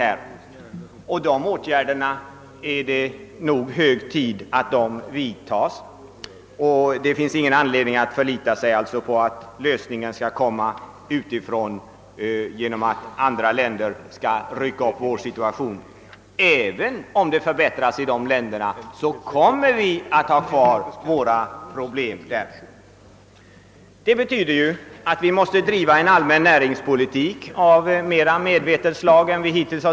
Jag tror också att det är hög tid att vidtaga sådana åtgärder. Det finns ingen anledning att förlita sig på att lösningen skall komma utifrån genom att andra länder träder till och förbättrar situationen för oss. Även om situationen i de länderna för bättras, kommer vi att ha åtskilliga av våra problem kvar. Det betyder att vi måste bedriva en allmän näringspolitik av mera medvetet slag än hittills.